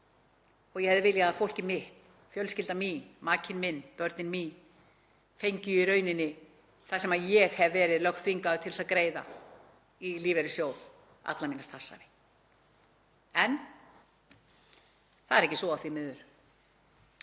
er. Ég hefði viljað að fólkið mitt, fjölskyldan mín, makinn minn, börnin mín, fengju í rauninni það sem ég hef verið lögþvingaður til að greiða í lífeyrissjóð alla mína starfsævi. En það er ekki svo, því miður.